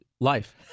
life